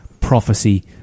prophecy